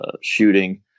shooting